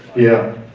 yeah,